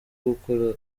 gukora